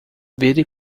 vire